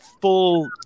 full